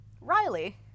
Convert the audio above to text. Riley